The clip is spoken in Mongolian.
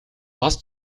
бас